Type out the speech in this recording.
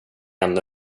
ännu